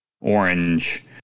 orange